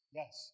yes